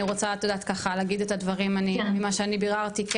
אני רוצה להגיד את הדברים, ממה שאני ביררתי.